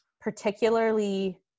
Particularly